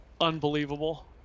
unbelievable